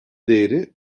değeri